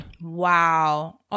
Wow